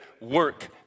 work